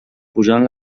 posant